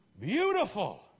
Beautiful